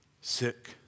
sick